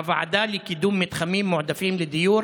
הוועדה לקידום מתחמים מועדפים לדיור